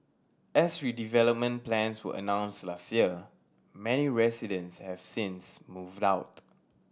as redevelopment plans were announced last year many residents have since moved out